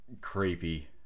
creepy